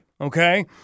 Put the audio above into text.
okay